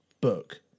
book